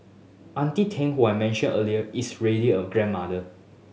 Auntie Tang who I mentioned earlier is ready a grandmother